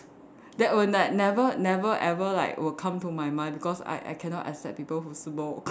that will like never never ever like will come to my mind because I I cannot accept people who smoke